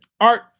art